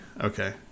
okay